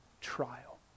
trial